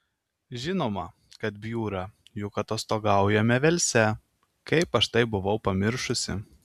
žinoma kad bjūra juk atostogaujame velse kaip aš tai buvau pamiršusi